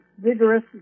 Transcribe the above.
vigorous